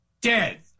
dead